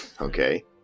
Okay